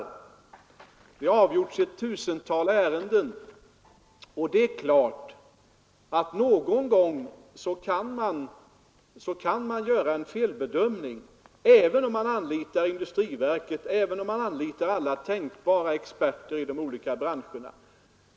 Det har avgjorts ett tusental ärenden, och det är klart att någon gång kan man göra en felbedömning, även om man anlitar industriverket och även om man anlitar alla tänkbara experter i de olika branscherna.